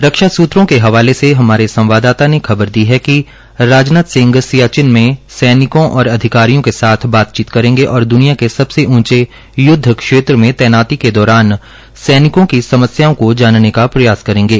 रक्षा सूत्रों के हवाले से हमारे संवाददाता ने खबर दी है कि राजनाथ सिंह सियाचिन में सैनिकों और अधिकारियों के साथ बातचीत करेंगे और दुनिया के सबसे उंचे युद्ध क्षेत्र में तैनाती के दौरान सैनिकों की समस्याओं को जानने का प्रयास करेंगे